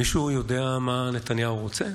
מישהו יודע מה נתניהו רוצה?